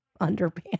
underpants